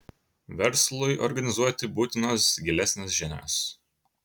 verslui organizuoti būtinos gilesnės žinios